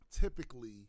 Typically